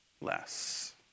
less